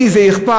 לי זה אכפת,